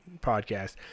podcast